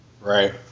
right